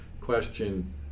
question